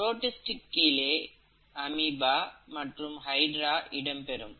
புரோடிஸ்டிற்கு கீழே அமீபா மற்றும் ஹைட்ரா இடம் பெறும்